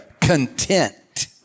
content